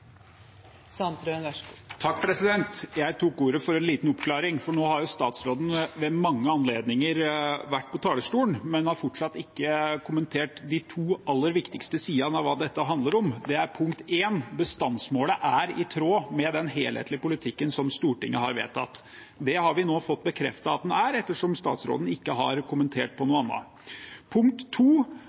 ein god debatt. Eg ser fram til nye rovviltdebattar framover. Jeg tok ordet til en liten oppklaring, for nå har statsråden ved mange anledninger vært på talerstolen, men han har fortsatt ikke kommentert de to aller viktigste sidene av hva dette handler om: Det ene er om bestandsmålet er i tråd med den helhetlige politikken som Stortinget har vedtatt. Det har vi nå fått bekreftet at det er, ettersom statsråden ikke har kommentert på